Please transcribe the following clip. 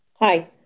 Hi